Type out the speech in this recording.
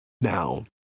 Now